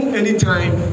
anytime